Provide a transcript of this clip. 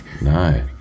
No